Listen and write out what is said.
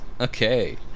Okay